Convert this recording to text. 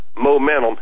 momentum